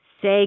Say